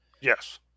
Yes